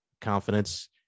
confidence